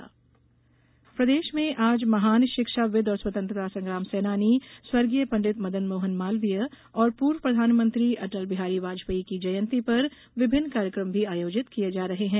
अटल जयंती प्रदेश में आज महान शिक्षाविद और स्वतंत्रता संग्राम सेनानी स्व पंडित मदन मोहन मालवीय और पूर्व प्रधानमंत्री अटल बिहारी वाजपेयी की जयंती पर विभिन्न कार्यक्रम भी आयोजित किए जा रहे हैं